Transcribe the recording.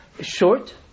Short